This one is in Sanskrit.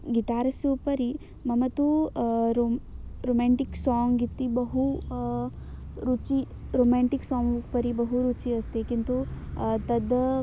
गिटारस्य उपरि मम तु रोमाण्टिक् साङ्ग् इति बहु रुचि रोमाण्टिक् साङ्ग् उपरि बहु रुचिः अस्ति किन्तु तद्